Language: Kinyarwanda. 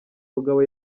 mugabo